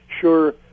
sure